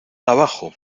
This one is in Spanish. abajo